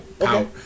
Okay